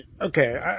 okay